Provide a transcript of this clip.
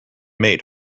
made